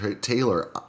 Taylor